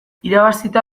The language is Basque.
irabazita